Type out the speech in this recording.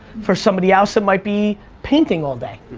for somebody else it might be painting all day.